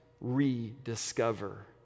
rediscover